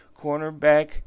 cornerback